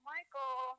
Michael